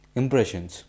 impressions